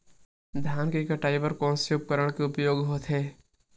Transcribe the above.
धान के कटाई बर कोन से उपकरण के उपयोग होथे?